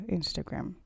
Instagram